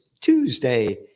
tuesday